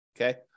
okay